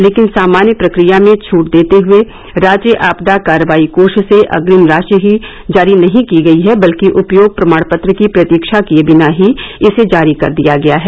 लेकिन सामान्य प्रक्रिया में छूट देते हुए राज्य आपदा कार्रवाई कोष से अग्रिम राशि ही नहीं जारी की गई हैं बल्कि उपयोग प्रमाण पत्र की प्रतीक्षा किये बिना ही इसे जारी कर दिया गया है